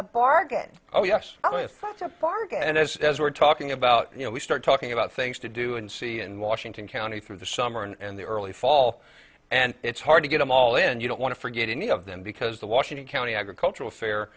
a bargain oh yes that's a bargain and as we're talking about you know we start talking about things to do and see in washington county through the summer and the early fall and it's hard to get them all in and you don't want to forget any of them because the washington county agricultural fair